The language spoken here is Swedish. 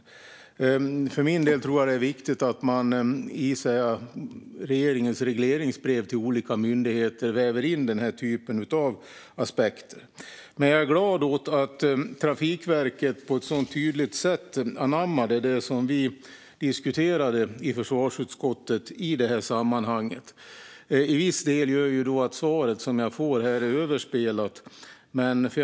Jag tror för min del att det är viktigt att det i regeringens regleringsbrev till olika myndigheter vävs in aspekter som dessa. Jag är glad över att Trafikverket så tydligt anammade det som vi i försvarsutskottet diskuterade i sammanhanget. Det gör att det svar som jag fått här till viss del är överspelat.